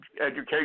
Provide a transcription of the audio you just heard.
education